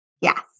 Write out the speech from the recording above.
Yes